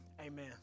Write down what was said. Amen